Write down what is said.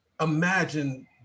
imagine